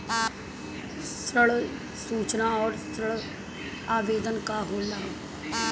ऋण सूचना और ऋण आवेदन का होला?